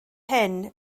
hyn